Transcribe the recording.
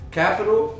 capital